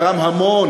תרם המון,